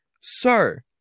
Sir